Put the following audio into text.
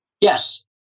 Yes